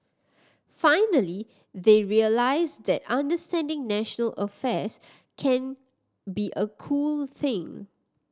finally they realise that understanding national affairs can be a cool thing